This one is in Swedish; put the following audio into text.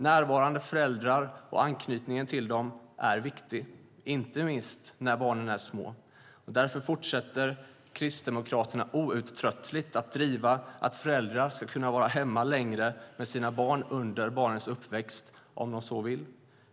Närvarande föräldrar och anknytningen till dem är viktiga, inte minst när barnen är små. Därför fortsätter Kristdemokraterna outtröttligt att driva att föräldrar ska kunna vara hemma längre med sina barn under barnens uppväxt om de så vill.